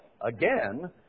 Again